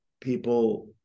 people